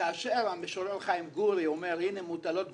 כאשר המשורר חיים גורי אומר "הנה מוטלות גופותינו",